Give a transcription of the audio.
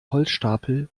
holzstapel